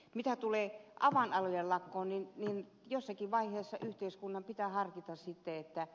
mitä tulee avainalojen lakkoon niin jossakin vaiheessa yhteiskunnan pitää harkita siteitä